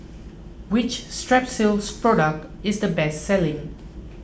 which Strepsils product is the best selling